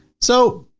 so,